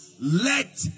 Let